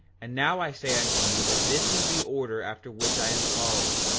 and now i say unto you that this is the order after which i am called,